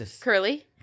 Curly